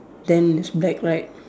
then there's black right